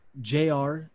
JR